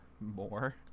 More